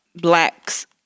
blacks